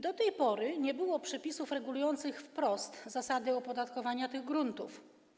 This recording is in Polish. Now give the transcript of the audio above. Do tej pory nie było przepisów regulujących wprost zasady opodatkowania tych gruntów.